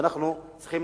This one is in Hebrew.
ואנחנו צריכים